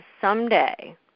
someday